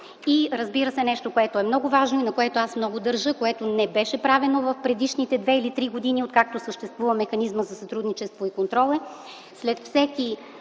И, разбира се, нещо, което е много важно, на което много държа и което не беше правено в предишните две или три години, откакто съществува механизмът за сътрудничество и контрол